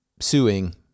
suing